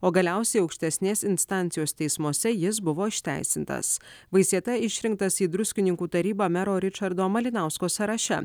o galiausiai aukštesnės instancijos teismuose jis buvo išteisintas vaisieta išrinktas į druskininkų tarybą mero ričardo malinausko sąraše